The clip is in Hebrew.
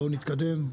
בואו נתקדם.